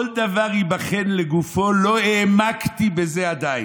כל דבר ייבחן לגופו, לא העמקתי בזה עדיין.